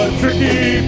tricky